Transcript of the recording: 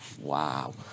wow